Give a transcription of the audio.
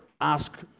ask